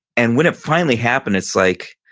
and when it finally happened it's like,